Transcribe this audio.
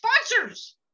sponsors